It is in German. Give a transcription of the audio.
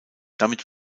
damit